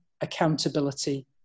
accountability